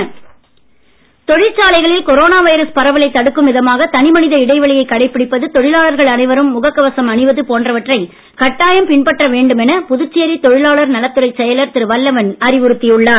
ஜன் அந்தோலன் தொழிற்சாலைகளில் corona virus பரவலை தடுக்கும் விதமாக தனி மனித இடைவெளியை கடைபிடிப்பது தொழிலாளர்கள் அனைவரும் முக கவசம் அணிவது போன்றவற்றை கட்டாயம் பின்பற்ற வேண்டும் என புதுச்சேரி தொழிலாளர் நலத்துறை செயலர் திரு வல்லவன் அறிவுறுத்தி உள்ளார்